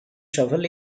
shuffle